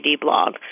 blog